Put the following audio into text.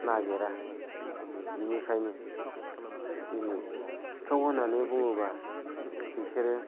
नागिरा बेनिखायनो दिनै सिखाव होननानै बुङोबा बिसोरो